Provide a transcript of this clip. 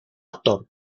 actor